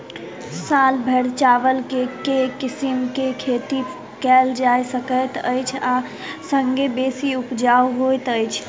साल भैर चावल केँ के किसिम केँ खेती कैल जाय सकैत अछि आ संगे बेसी उपजाउ होइत अछि?